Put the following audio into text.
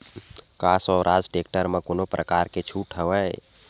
का स्वराज टेक्टर म कोनो प्रकार के छूट हवय?